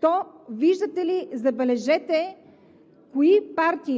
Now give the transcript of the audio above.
то забележете